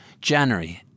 January